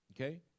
Okay